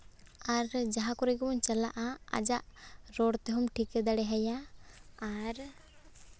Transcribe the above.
ᱟᱨ ᱡᱟᱦᱟᱸ ᱠᱚᱨᱮ ᱜᱮᱵᱚᱱ ᱪᱟᱞᱟᱜᱼᱟ ᱟᱡᱟᱜ ᱨᱚᱲ ᱛᱮᱦᱚᱸᱢ ᱴᱷᱤᱠᱟᱹ ᱫᱟᱲᱮ ᱟᱭᱟ ᱟᱨ